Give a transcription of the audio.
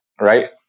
right